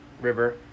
River